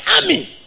army